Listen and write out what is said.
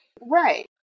Right